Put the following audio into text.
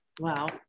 Wow